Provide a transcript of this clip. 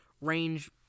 range